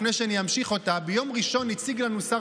לפני שאמשיך אותה: ביום ראשון הציג לנו שר